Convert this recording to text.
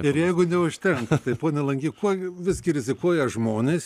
ir jeigu neužtenka tai pone langy kuo visgi rizikuoja žmonės